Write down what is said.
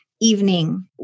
evening